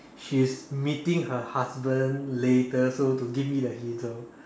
she is meeting her husband later so to give me the hint so